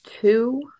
Two